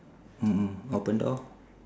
mm mm open door